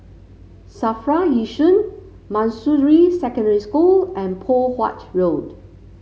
Safra Yishun Manjusri Secondary School and Poh Huat Road